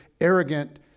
arrogant